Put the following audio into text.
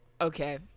Okay